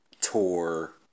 tour